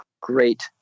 great